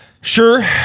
Sure